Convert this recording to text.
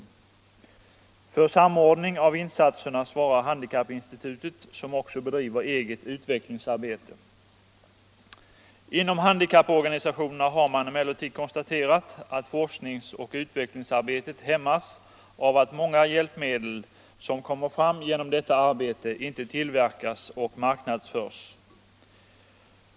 För samordning av insatserna svarar handikappinsti tutet, som också bedriver eget utvecklingsarbete. Inom handikapporganisationerna har man emellertid konstaterat att forsknings och utvecklingsarbetet hämmas av att många hjälpmedel som kommer fram genom detta arbete inte tillverkas och marknadsförs.